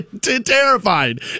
terrified